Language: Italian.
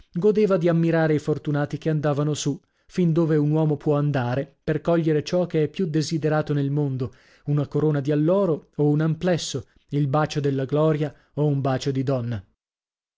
godeva di ammirare i fortunati che andavano su fin dove un uomo può andare per cogliere ciò che è più desiderato nel mondo una corona di alloro o un amplesso il bacio della gloria o un bacio di donna